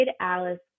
Alice